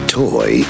toy